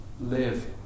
live